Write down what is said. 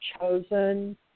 chosen